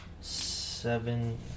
seven